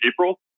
April